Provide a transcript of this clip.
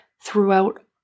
throughout